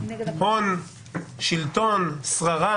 הון שלטון שררה